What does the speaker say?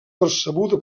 percebuda